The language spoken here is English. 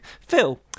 Phil